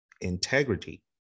Integrity